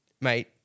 mate